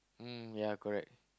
mm ya correct